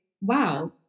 wow